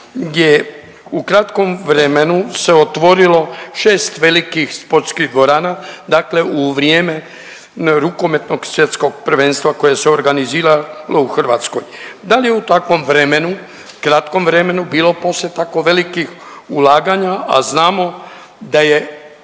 je u kratkom vremenu se otvorilo šest velikih sportskih dvorana dakle u vrijeme rukometnog svjetskog prvenstva koje se organiziralo u Hrvatskoj. Da li je u takvom vremenu, kratkom vremenu bilo poslije tako velikih ulaganja, a znamo da je